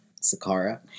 Sakara